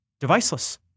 Deviceless